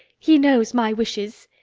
he knows my wishes.